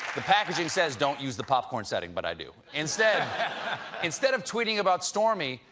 the packaging says, don't use the popcorn setting. but i do. instead instead of tweeting about stormy,